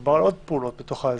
מדובר על עוד פעולות בתוך האזור.